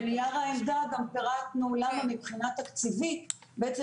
בנייר העמדה גם פירטנו למה מבחינה תקציבית בעצם